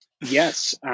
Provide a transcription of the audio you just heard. Yes